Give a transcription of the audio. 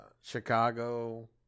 Chicago